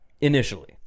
initially